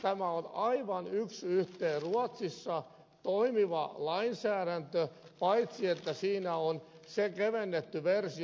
tämä on aivan yksi yhteen ruotsissa toimivan lainsäädännön kanssa paitsi että siinä on kevennetty versio